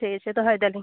ᱴᱷᱤᱠ ᱟᱪᱷᱮ ᱫᱚᱦᱚᱭᱮᱫᱟ ᱞᱤᱧ